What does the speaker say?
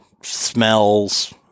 smells